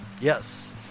Yes